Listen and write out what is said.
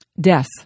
death